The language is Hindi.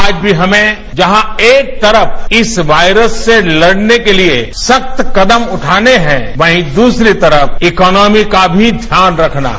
आज भी हमें जहां एक तरफ इस वायरस से लड़ने के लिए सख्त कदम चताने हैं वहीं दूसरी तरफ इकॉनोमी का भी ध्यान रखना है